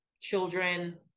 children